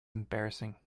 embarrassing